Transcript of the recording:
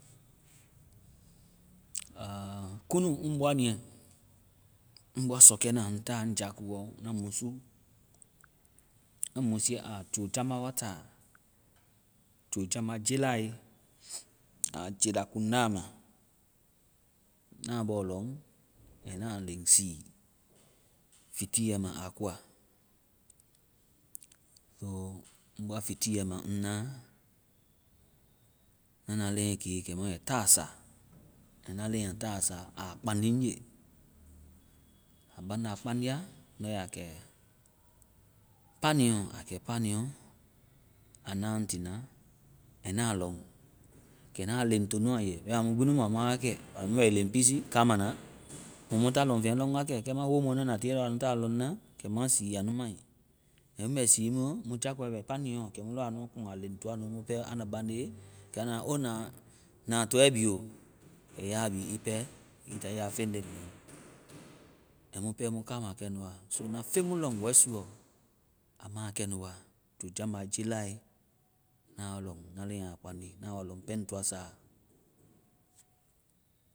Aaa, kunu ŋ boa niiɛ. Ŋ boa sɔkɛna ŋ ta ŋ jakuuɔ. Na musu. Amu musiiɛ a jojamba wa taa. Jojamba jelae! Aa jela kundama. Na bɔ lɔŋ kɛ naa len sii fitiiɛ ma a koa. Ɔ ŋ bɔa fitiiɛ ma ŋ na, na na leŋ ke kɛmu ai taasa. Na leŋ aa taasa aa kpaŋdi ŋje. Aa banda aa kpaŋdia, ndɔ a ya kɛ- paniiɛɔ. Aa kɛ paniiɛɔ, aa na ŋ tiina. Kɛ na lɔŋ. Kɛ na leŋ to nu a ye. Bɛma mu gbi nu mua ma wakɛ. Banda mu mu bɛ leŋpiisi kaman, mui mu ta lɔŋfeŋ lɔŋ wakɛ. Kɛ mu womɔnu anda tiie anu ta lɔŋ na, kɛ mua sii a nu mai. And mu bɛ sii muɔ, mu jakpɔɛ bɛ paniiɛ ɔ. Kɛmu lɔ a nu kuŋ a len toa nu mu pɛ anda bande, kɛ anda-o na. Na tɔɛ bi o. Kɛ ya bi ii pɛ. Ii ta ii ya feŋ len lɔŋ. And mu pɛɛ, mu kama kɛnu wa. So na feŋ mu lɔŋ wɛsuuɔ, a ma kɛnnu wa. Jojamba jelae! Na wa lɔŋ. Na leŋ a kpandi. Na wa lɔŋ pɛŋ ŋ toa sa.